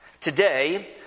Today